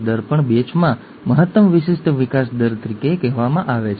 દરેક પાત્રના પ્રકારો તેમાંના દરેકને એક લક્ષણ કહેવામાં આવે છે